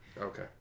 Okay